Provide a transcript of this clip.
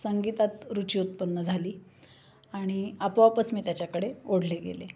संगीतात रुची उत्पन्न झाली आणि आपोआपच मी त्याच्याकडे ओढले गेले